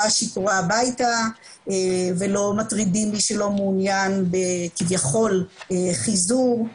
שיכורה הביתה ולא מטרידים מי שלא מעוניין כביכול בחיזור.